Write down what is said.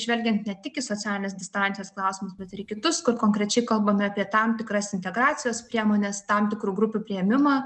žvelgiant ne tik į socialinės distancijos klausimus bet ir į kitus kur konkrečiai kalbame apie tam tikras integracijos priemones tam tikrų grupių priėmimą